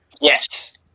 yes